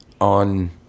on